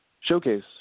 showcase